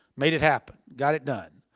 made it happen. got it done.